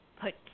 put